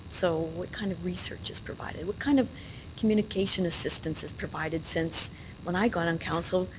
so what kind of research is provided? what kind of communication assisstance is provided since when i got on council,